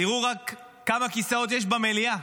רק תראו כמה כיסאות יש במליאה.